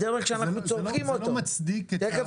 הדרך שאנחנו צורכים אותו משתנה.